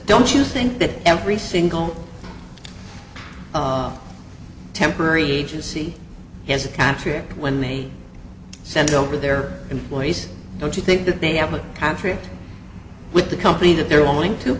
don't you think that every single temporary agency has a contract when me sent over their employees don't you think that they have a conference with the company that they're willing to